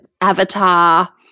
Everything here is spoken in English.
avatar